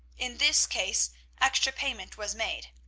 in this case extra payment was made.